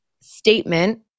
statement